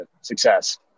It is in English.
success